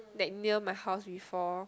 that near my house before